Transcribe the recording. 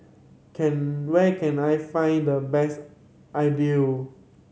can where can I find the best